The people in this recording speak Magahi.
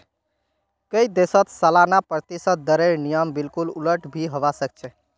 कई देशत सालाना प्रतिशत दरेर नियम बिल्कुल उलट भी हवा सक छे